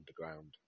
underground